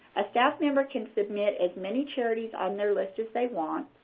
a staff member can submit as many charities on their list as they want.